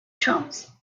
chumps